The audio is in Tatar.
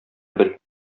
бел